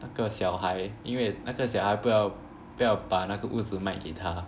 那个小孩因为那个小孩不要不要把那个屋子卖给他